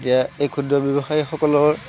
এতিয়া এই ক্ষুদ্ৰ ব্যৱসায়ীসকলৰ